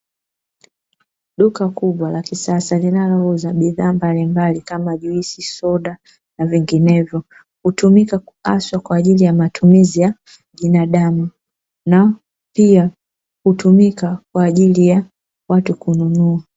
Duka kubwa la kisasa, linalouza bidhaa mbalimbali kama juisi, soda na vinginevyo, hutumika kwa ajili ya matumizi ya binadamu na pia hutumika kwa ajili ya watu kununua.